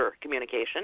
communication